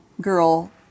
girl